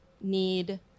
need